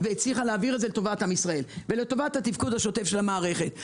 והצליחה להעביר את זה לטובת עם ישראל ולטובת התפקוד השוטף של המערכת.